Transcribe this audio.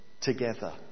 together